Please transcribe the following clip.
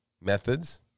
methods